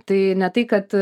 tai ne tai kad